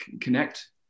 connect